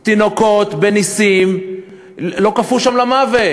תינוקות, בנסים לא קפאו שם למוות.